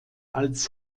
als